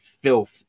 filth